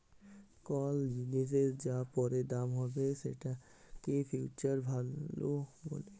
call জিলিসের যা পরের দাম হ্যবেক সেটকে ফিউচার ভ্যালু ব্যলে